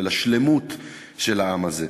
ולשלמות של העם הזה.